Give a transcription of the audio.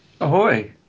Ahoy